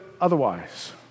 otherwise